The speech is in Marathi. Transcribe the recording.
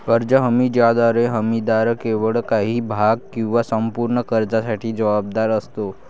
कर्ज हमी ज्याद्वारे हमीदार केवळ काही भाग किंवा संपूर्ण कर्जासाठी जबाबदार असतो